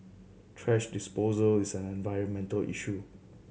thrash disposal is an environmental issue